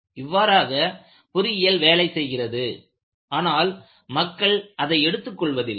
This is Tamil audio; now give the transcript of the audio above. இவ்வாறாக பொறியியல் வேலை செய்கிறது ஆனால் மக்கள் அதை எடுத்து கொள்வதில்லை